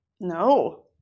No